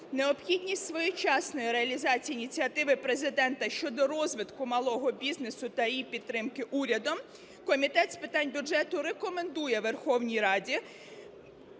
необхідність своєчасної реалізації ініціативи Президента щодо розвитку малого бізнесу та його підтримки урядом, Комітет з питань бюджету рекомендує Верховній Раді